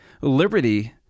Liberty